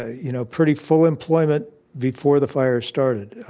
ah you know, pretty full employment before the fire started.